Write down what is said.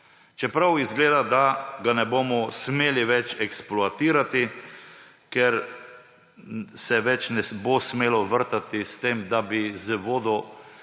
čeprav izgleda, da ga ne bomo smeli več eksploatirati, ker se več ne bo smelo vrtati, s tem da bi z vodo